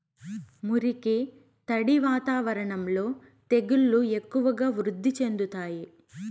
మురికి, తడి వాతావరణంలో తెగుళ్లు ఎక్కువగా వృద్ధి చెందుతాయి